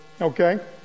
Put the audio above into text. okay